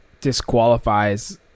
disqualifies